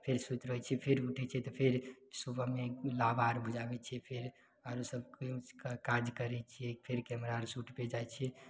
फेर सुति रहय छियै फेर उठय छियै तऽ फेर सुबहमे लाबा आर भुजाबय छियै फेर आरो सब फेर काज करय छियै फेर कैमरा शूटपर जाइ छियै